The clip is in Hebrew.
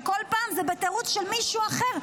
וכל פעם זה בתירוץ של מישהו אחר.